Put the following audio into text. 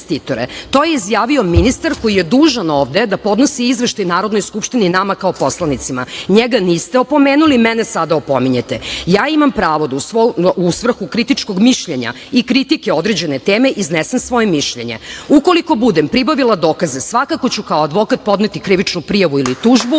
To je izjavio ministar koji je dužan ovde da podnosi izveštaj Narodnoj skupštini i nama kao poslanicima. NJega niste opomenuli, mene sada opominjete. Ja imam pravo da u svrhu kritičkog mišljenja i kritike određene teme iznesem svoje mišljenje. Ukoliko budem pribavila dokaze svakako ću kao advokat podneti krivičnu prijavu ili tužbu